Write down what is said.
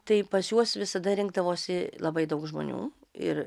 tai pas juos visada rinkdavosi labai daug žmonių ir